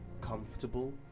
comfortable